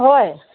ꯍꯣꯏ